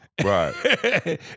Right